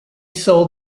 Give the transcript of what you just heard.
sold